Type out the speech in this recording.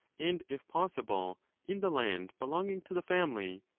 and if possible in the land belonging to the family.